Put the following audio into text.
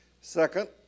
Second